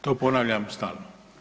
To ponavljam stalno.